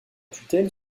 tutelle